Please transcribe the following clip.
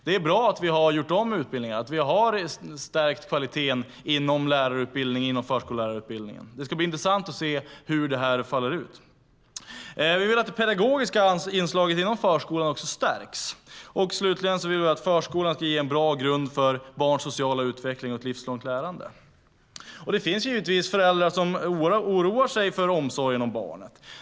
Det är bra att vi har gjort om utbildningarna och stärkt kvaliteten inom lärarutbildningen och förskollärarutbildningen. Det ska bli intressant att se hur det faller ut. Vi vill att det pedagogiska inslaget i förskolan stärks, och vi vill att förskolan ska ge en bra grund för barns sociala utveckling och ett livslångt lärande. Det finns givetvis föräldrar som oroar sig för barnomsorgen.